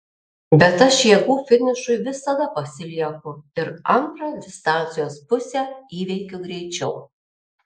bet aš jėgų finišui visada pasilieku ir antrą distancijos pusę įveikiu greičiau